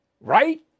Right